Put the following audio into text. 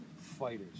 fighters